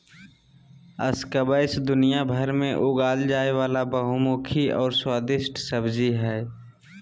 squash दुनियाभर में उगाल जाय वला बहुमुखी और स्वादिस्ट सब्जी हइ